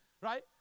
Right